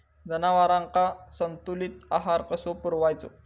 जनावरांका संतुलित आहार कसो पुरवायचो?